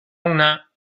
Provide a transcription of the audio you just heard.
una